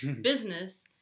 business